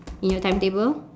in your timetable